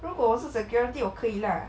如果我是 security 我可以 lah